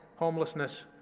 homelessness,